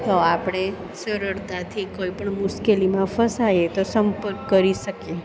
તો આપણે સરળતાથી કોઈપણ મુશ્કેલીમાં ફસાઈએ તો સંપર્ક કરી શકીએ